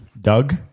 Doug